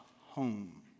home